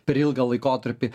per ilgą laikotarpį